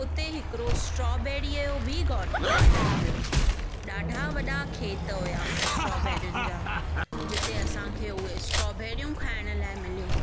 उते हिकिड़ो स्ट्रोबैरीअ जो बि गार्डन हुयो ॾाढा वॾा खेत हुआ स्ट्रोबैरीनि जा जिते असांखे उहे स्ट्रोबैरियूं खाइण लाइ मिलियूंं